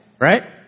right